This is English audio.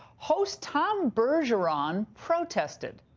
host tom bergeron protested.